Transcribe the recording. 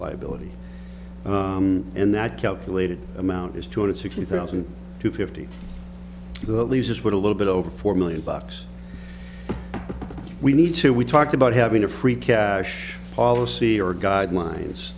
liability and that calculated amount is two hundred sixty thousand to fifty leaves us with a little bit over four million bucks we need to we talked about having a free cash policy or guidelines